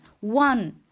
one